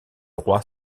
roi